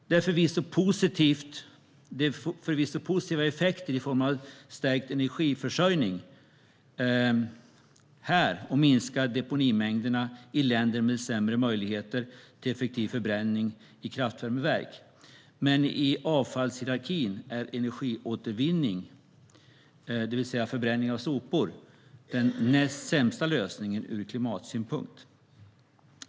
Det är förvisso fråga om positiva effekter i form av stärkt energiförsörjning, och det minskar deponimängderna i länder med sämre möjligheter till effektiv förbränning i kraftvärmeverk. Men i avfallshierarkin är energiåtervinning, det vill säga förbränning av sopor, den näst sämsta lösningen ur klimatsynpunkt.